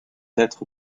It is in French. être